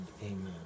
amen